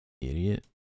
idiot